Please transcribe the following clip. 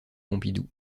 pompidou